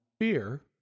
fear